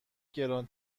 گران